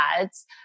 ads